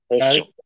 right